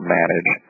manage